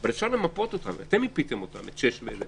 אי אפשר להפקיע את הזכויות מהוועדה.